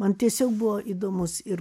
man tiesiog buvo įdomus ir